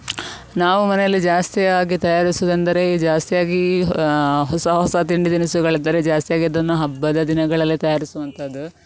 ನಾವು ಮನೆಯಲ್ಲಿ ಜಾಸ್ತಿಯಾಗಿ ತಯಾರಿಸುವುದೆಂದರೆ ಜಾಸ್ತಿಯಾಗಿ ಹೊಸ ಹೊಸ ತಿಂಡಿ ತಿನಿಸುಗಳಿದ್ದರೆ ಜಾಸ್ತಿಯಾಗಿ ಅದನ್ನು ಹಬ್ಬದ ದಿನಗಳಲ್ಲೇ ತಯಾರಿಸುವಂತದ್ದು